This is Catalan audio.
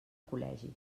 col·legi